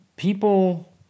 people